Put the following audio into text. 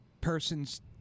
person's